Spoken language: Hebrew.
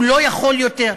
הוא לא יכול יותר.